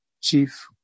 chief